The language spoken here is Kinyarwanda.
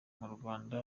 murwanda